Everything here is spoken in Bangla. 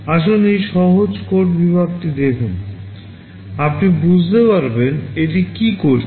আসুন এই সহজ কোড বিভাগটি দেখুন আপনি বুঝতে পারবেন এটি কি করছে